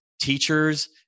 teachers